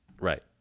Right